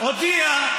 הודיע,